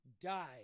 die